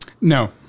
No